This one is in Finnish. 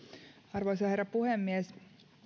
arvoisa herra puhemies